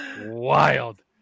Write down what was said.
wild